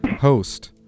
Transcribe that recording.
Host